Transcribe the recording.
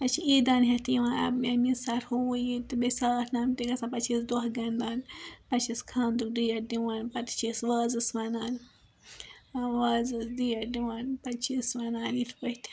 اَسہِ چھ عیدِیان ہتھ یِوان ہو یہِ تہٕ بیٚیہِ ساتھ نام تہِ گژھان پَتہ چھ دۄہ گَنٛڈان پَتہٕ چھِس خانٛدرُک ڈیٹ دِوان پَتہ چھِ أسۍ وازَس وَنان وازس ڈیٹ دِوان پَتہ چِھس وَنان یِتھ پٲٹھۍ